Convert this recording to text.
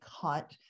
cut